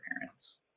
parents